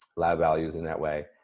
lab values in that way.